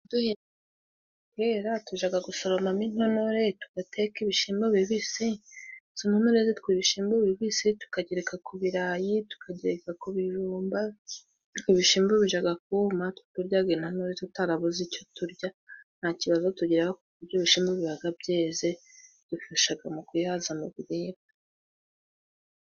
Ibishimbo bitari byera tujaga gusoromamo intonore tugateka ibishimbo bibisi izo ntonore zitwa ibishimbo bibisi tukagereka ku birarayi ,tukagereka ku bijumba, ibishimbo bijaga kuma turyaga intonore tutarabuze icyo turya nta kibazo tugiraga, kuko ibyo bishimbo bibaga byeze bidufashaga mu kwihaza mu biribwa.